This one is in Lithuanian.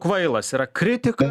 kvailas yra kritika